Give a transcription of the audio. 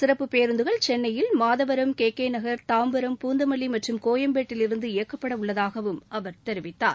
சிறப்பு பேருந்துகள் சென்னையில் மாதவரம் கேகேநகர் தாம்பரம் பூந்தமல்லிமற்றும் கோயம்பேட்டில் இருந்து இயக்கப்படஉள்ளதாகவும் அவர் தெரிவித்தார்